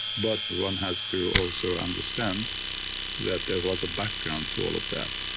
but one has to also understand that there was a background to all of that.